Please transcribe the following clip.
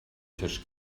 tisch